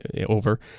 over